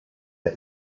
der